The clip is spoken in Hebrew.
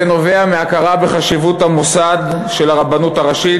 זה נובע מהכרה בחשיבות של מוסד הרבנות הראשית